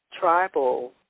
tribal